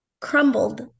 crumbled